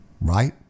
right